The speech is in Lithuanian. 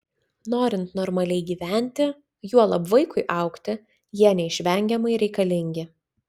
norint normaliai gyventi juolab vaikui augti jie neišvengiamai reikalingi